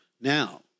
Now